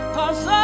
Cause